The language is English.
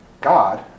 God